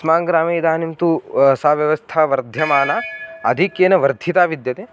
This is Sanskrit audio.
अस्माकं ग्रामे इदानीं तु सा व्यवस्था वर्धमाना अधिक्येन वर्धिता विद्यते